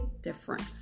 difference